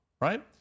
right